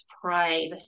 pride